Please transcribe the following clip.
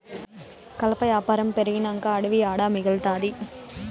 కలప యాపారం పెరిగినంక అడివి ఏడ మిగల్తాది